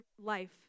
life